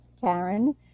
Karen